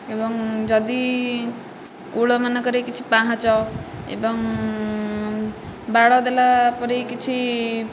ଏବଂ ଯଦି କୂଳ ମାନଙ୍କରେ କିଛି ପାହାଚ ଏବଂ ବାଡ଼ ଦେଲା ପରି କିଛି